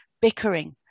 bickering